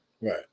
Right